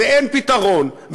ואין פתרון,